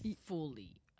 fully